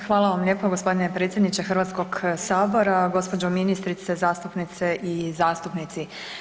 Hvala vam lijepa gospodine predsjedniče Hrvatskoga sabora, gospođo ministrice, zastupnice i zastupnici.